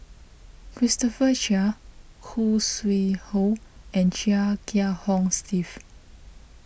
Christopher Chia Khoo Sui Hoe and Chia Kiah Hong Steve